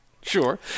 sure